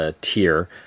tier